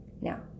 now